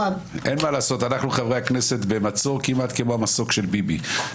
אין מה לעשות אנחנו חברי הכנסת במצור כמעט כמו המסוק של ביבי.